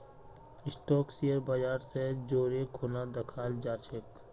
stock share बाजर स जोरे खूना दखाल जा छेक